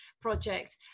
project